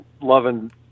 loving